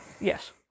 Yes